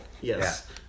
Yes